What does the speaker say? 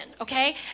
okay